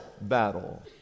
battle